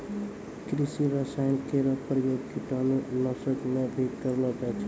कृषि रसायन केरो प्रयोग कीटाणु नाशक म भी करलो जाय छै